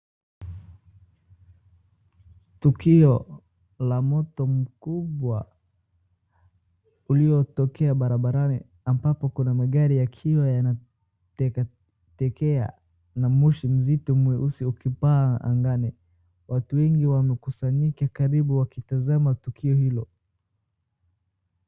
Tukio la moto mkubwa, lililotokea barabarani ambapo kuna magari yakiwa yanateketea na moshi mzito mweusi ukipaa angani. Watu wengi wamekusanyika karibu wakitazama tukio hilo.